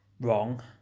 wrong